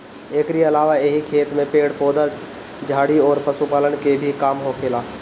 एकरी अलावा एही खेत में पेड़ पौधा, झाड़ी अउरी पशुपालन के भी काम होखेला